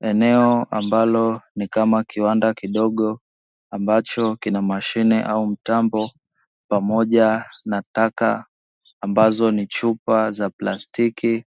Eneo ambalo ni kama kiwanda kidogo ambacho kina mashine au mtambo pamoja na taka ambazo ni chupa za plastiki,